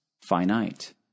Finite